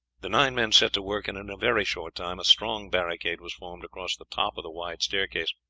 the nine men set to work, and in a very short time a strong barricade was formed across the top of the wide staircase.